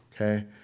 okay